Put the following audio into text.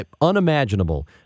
unimaginable